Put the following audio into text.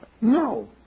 No